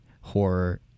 horror